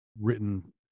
written